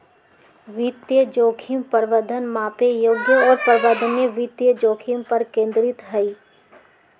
वित्तीय जोखिम प्रबंधन मापे योग्य और प्रबंधनीय वित्तीय जोखिम पर केंद्रित हई